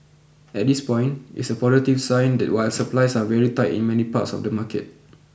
at this point it's a positive sign while supplies are very tight in many parts of the market